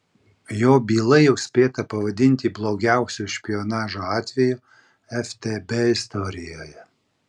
jo byla jau spėta pavadinti blogiausiu špionažo atveju ftb istorijoje